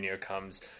comes